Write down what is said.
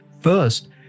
First